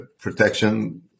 protection